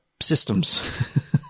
systems